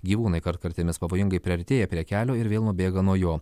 gyvūnai kartkartėmis pavojingai priartėja prie kelio ir vėl nubėga nuo jo